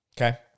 Okay